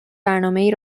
برنامهای